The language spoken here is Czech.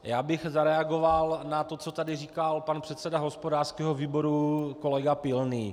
Já bych zareagoval na to, co tady říkal pan předseda hospodářského výboru kolega Pilný.